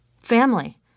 Family